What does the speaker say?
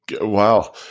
Wow